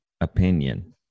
opinion